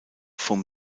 vom